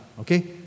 okay